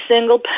single